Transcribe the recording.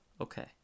Okay